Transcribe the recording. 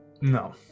No